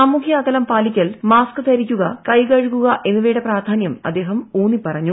സാമൂഹ്യ അകലം പാലിക്കൽ മാസ്ക് ധരിക്കുക കൈ കഴുകുക എന്നിവയുടെ പ്രാധാന്യം അദ്ദേഹം ഊന്നി പറഞ്ഞു